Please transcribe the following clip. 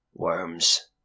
Worms